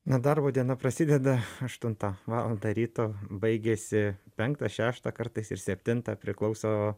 na darbo diena prasideda aštuntą valandą ryto baigiasi penktą šeštą kartais ir septintą priklauso